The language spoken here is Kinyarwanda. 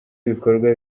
ibikorwa